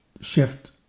shift